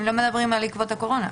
לא, הם לא מדברים על עקבות הקורונה.